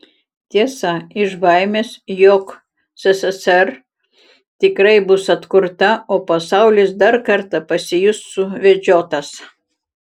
tiesa iš baimės jog sssr tikrai bus atkurta o pasaulis dar kartą pasijus suvedžiotas